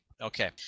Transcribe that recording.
okay